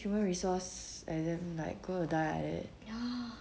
human resource exam like going to die like that